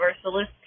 Universalist